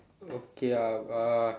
okay ah uh